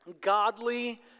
godly